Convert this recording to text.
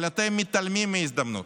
אבל אתם מתעלמים מההזדמנות.